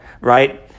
right